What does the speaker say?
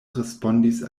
respondis